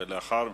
ולאחר,